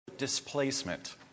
Displacement